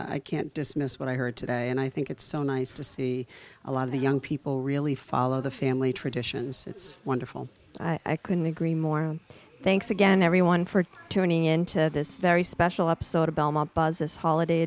i can't dismiss what i heard today and i think it's so nice to see a lot of the young people really follow the family traditions it's wonderful i couldn't agree more thanks again everyone for turning into this very special episode of belmont buzz this holiday